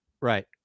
Right